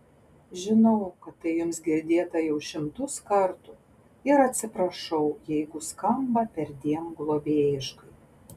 žinau kad tai jums girdėta jau šimtus kartų ir atsiprašau jeigu skamba perdėm globėjiškai